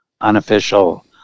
unofficial